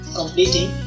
completing